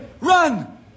Run